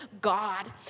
God